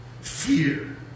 Fear